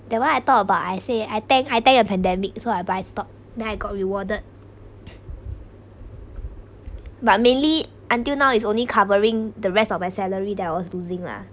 that one I talk about I say I thank I thank the pandemic so I buy stock then got rewarded but mainly until now is only covering the rest of my salary that was losing lah